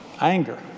Anger